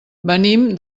venim